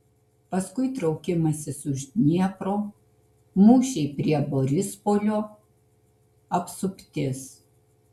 paskui traukimasis už dniepro mūšiai prie borispolio apsuptis